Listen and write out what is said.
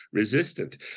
resistant